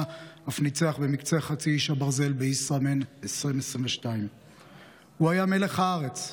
אף ניצח במקצה חצי איש הברזל בישראמן 2022. "הוא היה מלח הארץ,